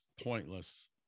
pointless